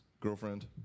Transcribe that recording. girlfriend